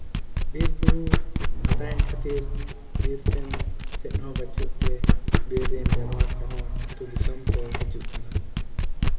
ᱵᱤᱨᱼᱵᱩᱨᱩ ᱯᱷᱟᱸᱫᱟᱭᱮᱱ ᱠᱷᱟᱹᱛᱤᱨ ᱵᱤᱨ ᱥᱮᱫ ᱪᱮᱫ ᱦᱚᱸ ᱵᱟᱹᱱᱩᱜ ᱛᱮ ᱵᱤᱨ ᱨᱮᱱ ᱡᱟᱱᱣᱟᱨ ᱠᱚᱦᱚᱸ ᱟᱹᱛᱩ ᱫᱤᱥᱚᱢ ᱠᱚ ᱦᱤᱡᱩᱜ ᱠᱟᱱᱟ